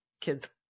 kid's